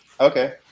Okay